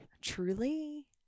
truly